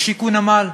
השיקו נמל.